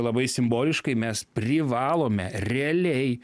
labai simboliškai mes privalome realiai